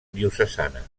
diocesana